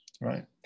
right